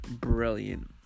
brilliant